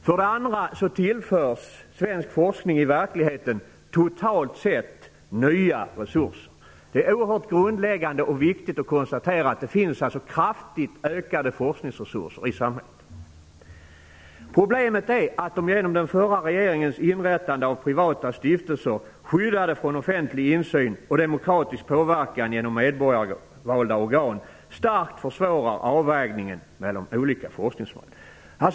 För det andra tillförs svensk forskning i verkligheten totalt sett nya resurser. Det är oerhört grundläggande viktigt att konstatera att det finns kraftig ökade forskningsresurser i samhället. Problemet är att de genom den förra regeringens inrättande av privata stiftelser, som är skyddade från offentlig insyn och demokratisk påverkan genom medborgarvalda organ, starkt försvårar avvägningen mellan olika forskningsområden.